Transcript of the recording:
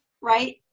Right